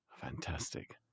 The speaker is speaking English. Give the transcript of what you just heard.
Fantastic